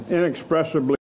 inexpressibly